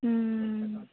हूँ